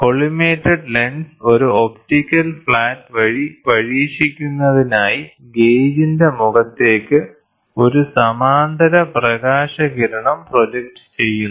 collimated lens ഒരു optical flat വഴി പരീക്ഷിക്കുന്നതിനായി ഗേജിന്റെ മുഖത്തേക്ക് ഒരു സമാന്തര പ്രകാശകിരണം പ്രോജക്ട് ചെയ്യുന്നു